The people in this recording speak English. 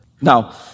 Now